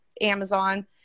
Amazon